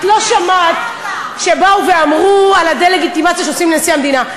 את לא שמעת שבאו ואמרו על הדה-לגיטימציה שעושים לנשיא המדינה.